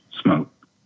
smoke